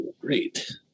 great